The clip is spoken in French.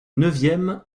neuvième